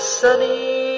sunny